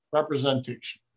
representation